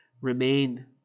remain